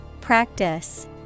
Practice